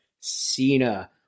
Cena